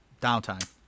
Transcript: downtime